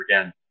again